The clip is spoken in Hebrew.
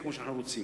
כמו שאנחנו רוצים,